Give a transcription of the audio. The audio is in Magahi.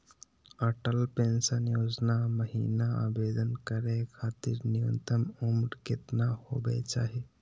अटल पेंसन योजना महिना आवेदन करै खातिर न्युनतम उम्र केतना होवे चाही?